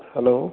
hello